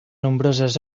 nombroses